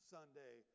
Sunday